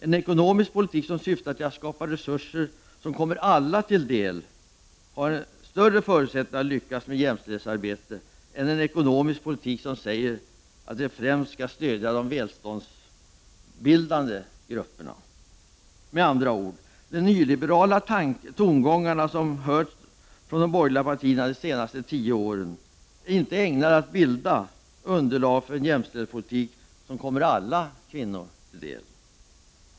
En ekonomisk politik som syftar till att skapa resurser som kommer alla till del har större förutsättningar att lyckas med jämställdhetsarbetet än den ekonomiska politik som säger sig främst stödja de s.k. välståndsbildande grupperna. Med andra ord: de nyliberala tongångarna, som hörts från de borgerliga partierna de senaste tio åren, är inte ägnade att bilda underlag för en jämställdhetspolitik som kommer alla kvinnor till del.